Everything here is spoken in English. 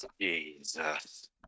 Jesus